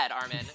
Armin